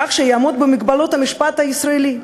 כך שיעמוד במגבלות המשפט הישראלי.